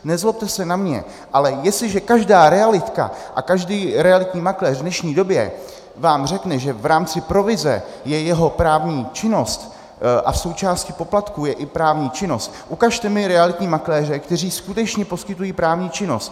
Nezlobte se na mě, ale jestliže každá realitka a každý realitní makléř vám řekne, že v rámci provize je jeho právní činnost a součástí poplatků je i právní činnost, ukažte mi realitní makléře, kteří skutečně poskytují právní činnost.